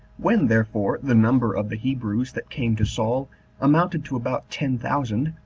when, therefore, the number of the hebrews that came to saul amounted to about ten thousand,